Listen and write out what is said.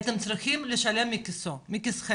הייתם צריכים לשלם מכיסכם.